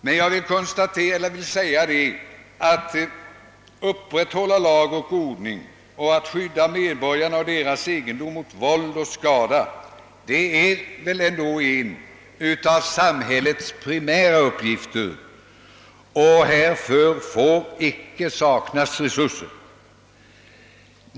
Men jag vill säga att upprätthållande av lag och ordning och skyddande av medborgarna och deras egendom mot våld och skada är en av samhällets primära uppgifter, och härför får icke saknas resurser.